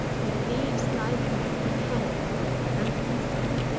and the leaves lie thick in front of it unto this day.